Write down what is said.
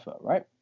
right